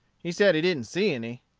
he said he didn't see any.